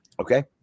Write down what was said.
Okay